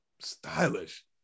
stylish